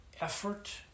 effort